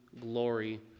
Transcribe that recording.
glory